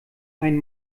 ein